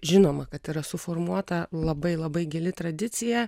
žinoma kad yra suformuota labai labai gili tradicija